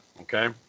okay